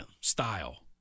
style